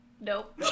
Nope